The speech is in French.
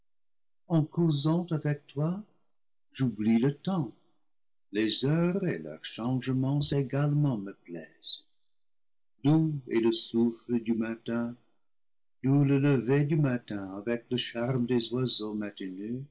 en causant avec toi j'oublie le temps les heures et leurs changements également me plaisent doux est le souffle du matin doux le lever du matin avec le charme des oiseaux